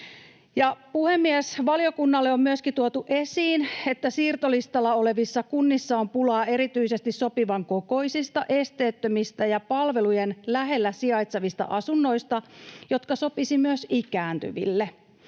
Puhemies! Valiokunnalle on myöskin tuotu esiin, että siirtolistalla olevissa kunnissa on pulaa erityisesti sopivan kokoisista, esteettömistä ja palvelujen lähellä sijaitsevista asunnoista, jotka sopisivat myös ikääntyville.